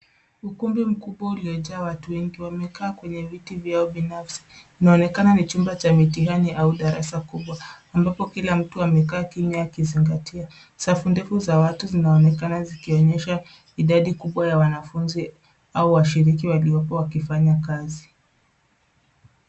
Ukumbi mkubwa uliojaa watu wengi wamekaa kwenye viti vyao binafsi, inaonekana ni chumba cha mitihani au darasa kubwa ambapo kila mtu amekaa kimya akizingatia. Safu ndefu za watu zinaoenkana zikionyesha idadi kubwa ya wanafunzi au washiriki walioko wakifanya kazi.